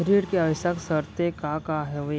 ऋण के आवश्यक शर्तें का का हवे?